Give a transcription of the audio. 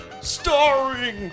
Starring